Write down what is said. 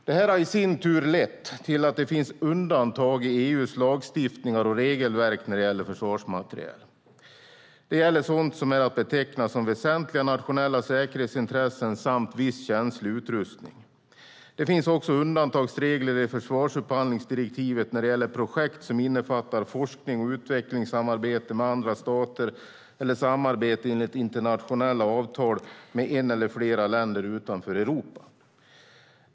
Det har i sin tur lett till att det finns undantag i EU:s lagstiftningar och regelverk när det gäller försvarsmateriel. Det gäller sådant som är att beteckna som väsentliga nationella säkerhetsintressen samt viss känslig utrustning. Det finns också undantagsregler i försvarsupphandlingsdirektivet när det gäller projekt som innefattar forsknings och utvecklingssamarbete med andra stater eller samarbete enligt internationella avtal med ett eller flera länder utanför Europa.